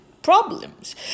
problems